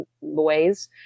ways